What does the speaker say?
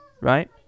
right